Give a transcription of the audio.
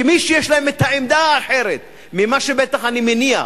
כמי שיש להם העמדה האחרת ממה שבטח, אני מניח,